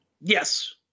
Yes